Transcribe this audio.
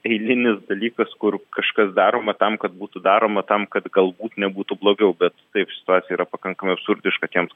eilinis dalykas kur kažkas daroma tam kad būtų daroma tam kad galbūt nebūtų blogiau bet taip situacija yra pakankamai absurdiška tiems